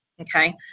okay